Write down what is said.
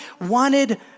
wanted